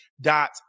dot